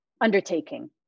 undertaking